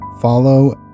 follow